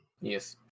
yes